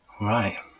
Right